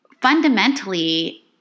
fundamentally